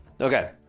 okay